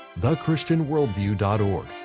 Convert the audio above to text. thechristianworldview.org